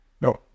No